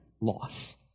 loss